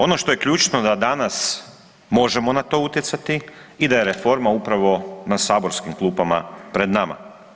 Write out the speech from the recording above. Ono što je ključno da danas možemo na to utjecati i da je reforma upravo na saborskim klupama pred nama.